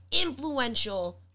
influential